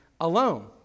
alone